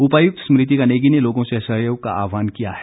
उपायुक्त स्मृतिका नेगी ने लोगों से सहयोग का आहवान किया है